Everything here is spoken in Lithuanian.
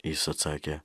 jis atsakė